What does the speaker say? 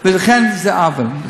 לכן זה עוול.